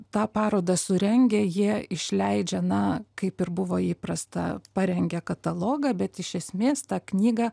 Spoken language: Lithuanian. tą parodą surengę jie išleidžia na kaip ir buvo įprasta parengė katalogą bet iš esmės tą knygą